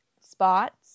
spots